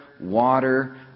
water